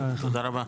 תודה רבה.